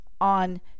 on